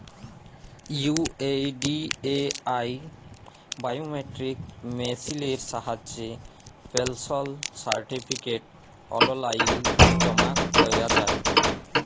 UIDAI biometric মেসিলের সাহায্যে pension certificate অললাইল জমা ক্যরা যায়